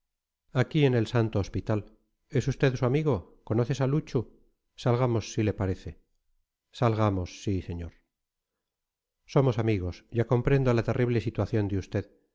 aquí en el santo hospital es usted su amigo conoces a luchu salgamos si le parece salgamos sí señor somos amigos ya comprendo la terrible situación de usted